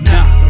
Nah